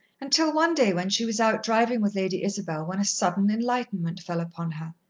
until one day when she was out driving with lady isabel, when a sudden enlightenment fell upon her.